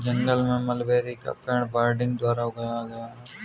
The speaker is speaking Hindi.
जंगल में मलबेरी का पेड़ बडिंग द्वारा उगाया गया है